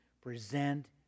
present